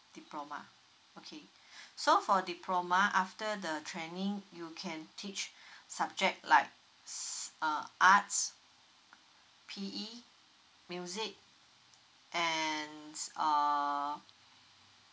diploma okay so for diploma after the training you can teach subject like uh arts P_E music and uh